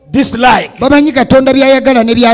dislike